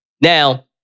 Now